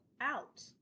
out